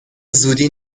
زودی